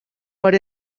but